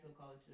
culture